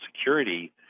security